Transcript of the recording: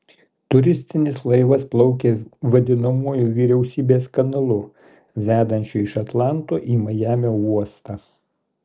turistinis laivas plaukė vadinamuoju vyriausybės kanalu vedančiu iš atlanto į majamio uostą